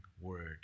word